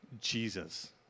Jesus